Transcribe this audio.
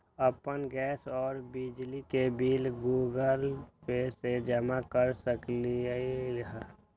अपन गैस और बिजली के बिल गूगल पे से जमा कर सकलीहल?